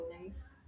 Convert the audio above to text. nice